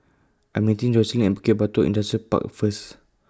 I Am meeting Jocelyne At Bukit Batok Industrial Park First